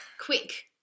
quick